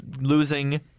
losing